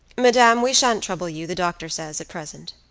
madame, we shan't trouble you, the doctor says, at present.